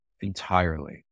Entirely